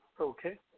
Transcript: Okay